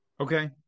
Okay